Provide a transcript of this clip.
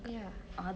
ya